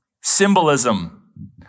symbolism